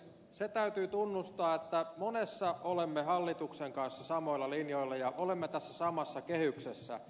se täytyy tunnustaa että monessa olemme hallituksen kanssa samoilla linjoilla ja olemme tässä samassa kehyksessä